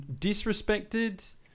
Disrespected